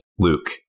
Luke